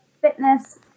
fitness